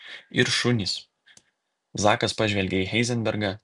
ir šunys zakas pažvelgė į heizenbergą